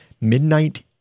midnight